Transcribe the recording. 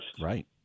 Right